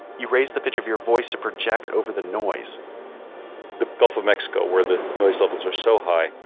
you raise the pitch of your voice to project over the noise the gulf of mexico where the noise levels are so high.